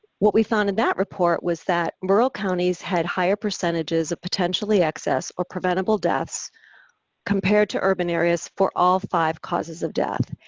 what we found in that report was that rural counties had higher percentages of potentially excess or preventable deaths compared to urban areas for all five causes of death.